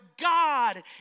God